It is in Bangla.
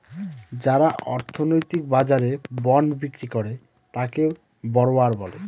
যারা অর্থনৈতিক বাজারে বন্ড বিক্রি করে তাকে বড়োয়ার বলে